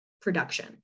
production